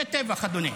זה טבח, אדוני.